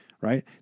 right